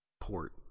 Port